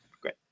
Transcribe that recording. Great